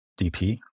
DP